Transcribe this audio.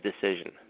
decision